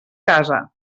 casa